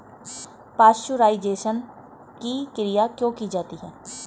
Pasteurisation की क्रिया क्यों की जाती है?